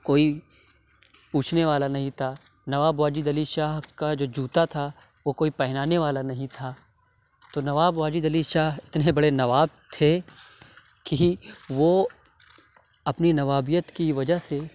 کوئی پوچھنے والا نہیں تھا نواب واجد علی شاہ کا جو جوتا تھا وہ کوئی پہنانے والا نہیں تھا تو نواب واجد علی شاہ اتنے بڑے نواب تھے کہ وہ اپنی نوابیت کی وجہ سے